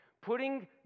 Putting